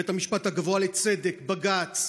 בית המשפט הגבוה לצדק, בג"ץ,